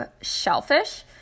shellfish